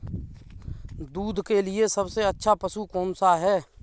दूध के लिए सबसे अच्छा पशु कौनसा है?